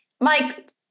Mike